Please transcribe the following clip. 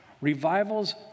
Revivals